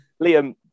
Liam